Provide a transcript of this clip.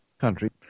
country